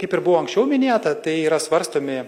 kaip ir buvo anksčiau minėta tai yra svarstomi